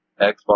Xbox